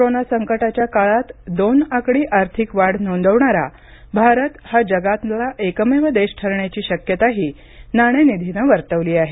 corona संकटाच्या काळात दोन आकडी आर्थिक वाढ नोंदवणारा भारत हा जगातला एकमेव देश ठरण्याची शक्यताही नाणेनिधीनं वर्तवली आहे